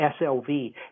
SLV